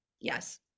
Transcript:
Yes